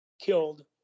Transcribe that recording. killed